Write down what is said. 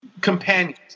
companions